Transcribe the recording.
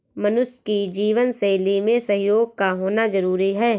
मनुष्य की जीवन शैली में सहयोग का होना जरुरी है